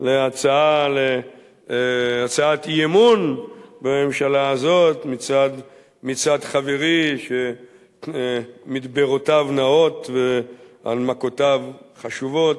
על הצעת אי-אמון בממשלה הזאת מצד חברי שמדברותיו נאות והנמקותיו חשובות.